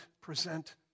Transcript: present